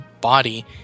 body